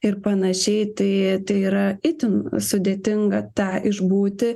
ir panašiai tai tai yra itin sudėtinga tą išbūti